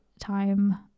time